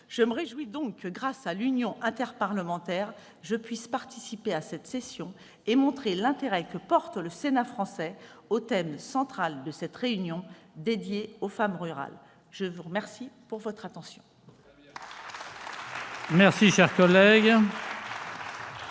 Je me réjouis donc que, grâce à l'Union interparlementaire, je puisse participer à cette session et montrer l'intérêt que porte le Sénat français au thème central de cette réunion, dédiée aux femmes rurales. Très bien ! La parole est à Mme la secrétaire